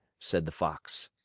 said the fox.